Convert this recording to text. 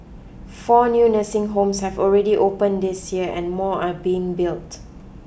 four new nursing homes have already open this year and more are being built